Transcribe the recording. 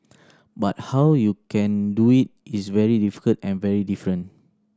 but how you can do it is very difficult and very different